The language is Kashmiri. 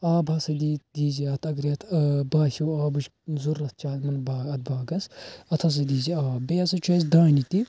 آب ہسا دیٖزِ اتھ اگرٔے اَتھ ٲں باسیٛو آبٕچۍ ضروٗرت چھِ اتھ یِمن با اَتھ باغس اتھ ہسا دیٖزِ آب بیٚیہِ ہسا چھُ اسہِ دانہِ تہِ